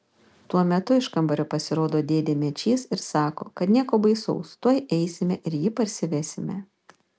tuo metu iš kambario pasirodo dėdė mečys ir sako kad nieko baisaus tuoj eisime ir jį parsivesime